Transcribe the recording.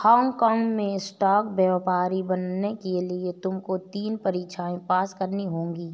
Hong काँग में stock व्यापारी बनने के लिए तुमको तीन परीक्षाएं पास करनी होंगी